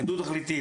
הם דו-תכליתיים,